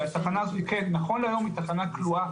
שהתחנה הזו נקראת היום תחנה כלואה,